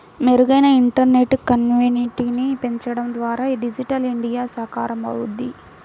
మెరుగైన ఇంటర్నెట్ కనెక్టివిటీని పెంచడం ద్వారా డిజిటల్ ఇండియా సాకారమవుద్ది